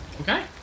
okay